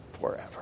forever